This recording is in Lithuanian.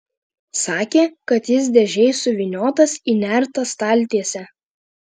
sakė kad jis dėžėj suvyniotas į nertą staltiesę